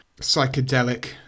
psychedelic